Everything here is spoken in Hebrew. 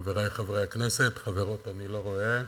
חברי חברי הכנסת, חברות אני לא רואה,